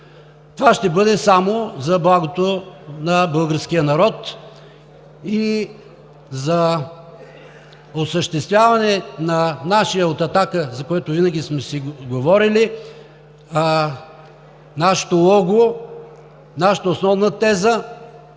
Това ще бъде само за благото на българския народ и за осъществяване на нашето, от „Атака“, за което винаги сме си говорили, нашето лого, нашата основна теза